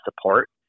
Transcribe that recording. support